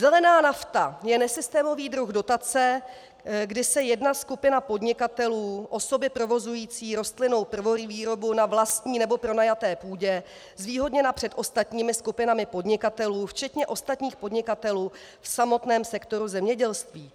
Zelená nafta je nesystémový druh dotace, kdy je jedna skupina podnikatelů, osoby provozující rostlinnou prvovýrobu na vlastní nebo pronajaté půdě, zvýhodněna před ostatními skupinami podnikatelů, včetně ostatních podnikatelů v samotném sektoru zemědělství.